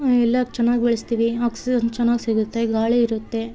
ಎಲ್ಲ ಚೆನ್ನಾಗೊಳಿಸ್ತೀವಿ ಆಕ್ಸಿಜನ್ ಚೆನ್ನಾಗ್ ಸಿಗುತ್ತೆ ಗಾಳಿ ಇರುತ್ತೆ